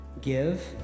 Give